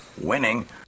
Winning